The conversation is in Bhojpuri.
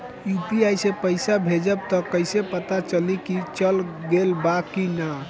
यू.पी.आई से पइसा भेजम त कइसे पता चलि की चल गेल बा की न?